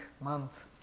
month